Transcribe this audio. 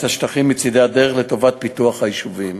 השטחים מצדי הדרך לטובת פיתוח היישובים.